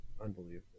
unbelievable